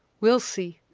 we'll see,